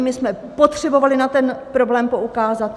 My jsme potřebovali na ten problém poukázat.